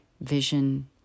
vision